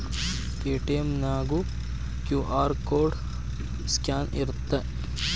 Paytm ನ್ಯಾಗು Q R code scan ಇರತ್ತ